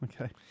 Okay